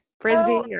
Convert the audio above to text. frisbee